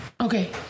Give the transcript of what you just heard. Okay